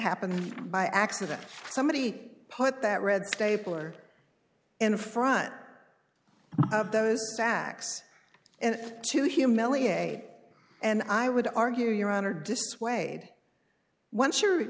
happened by accident somebody put that red stapler in front of those sacks and to humiliate and i would argue your honor dissuade once you're